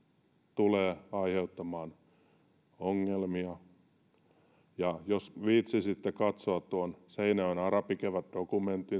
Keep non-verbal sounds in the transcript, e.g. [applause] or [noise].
tulee aiheuttamaan ongelmia jos viitsisitte katsoa tuon seinäjoen arabikevät dokumentin [unintelligible]